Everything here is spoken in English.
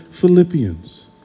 Philippians